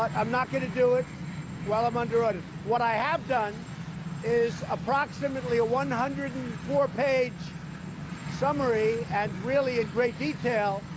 i'm not going to do it while i'm under audit. what i have done is approximately a one hundred and four page summary, and really in great detail,